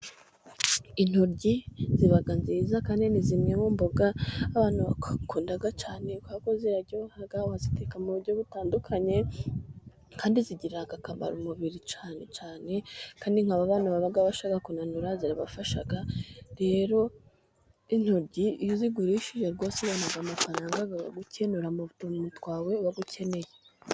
Intoryi ziba nziza kandi ni zimwe mu mboga abantu bakunda cyane, kubera ko ziraryoha baziteka mu buryo butandukanye kandi zigirira akamaro umubiri, cyane cyane kandi nk'ababantu baba bashaka kunanuka zirabafasha, rero intoryi iyo uzigurishije rwose ubona amafaranga yokwikenura, mutuntu twawe uba ukeneye.